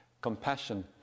compassion